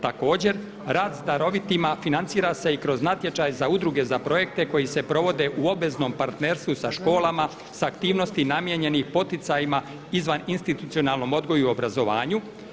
Također, rad s darovitima financira se i kroz natječaj za udruge za projekte koji se provode u obveznom partnerstvu sa školama, sa aktivnostima namijenjenim poticajima izvaninstitucionalnom odgoju i obrazovanju.